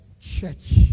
church